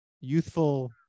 youthful